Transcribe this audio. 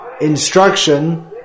instruction